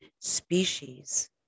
species